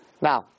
Now